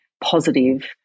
positive